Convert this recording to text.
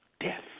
death